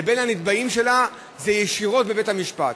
לבין הנתבעים שלהן הוא ישירות בבית-המשפט.